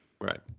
Right